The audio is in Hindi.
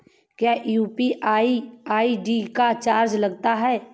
क्या यू.पी.आई आई.डी का चार्ज लगता है?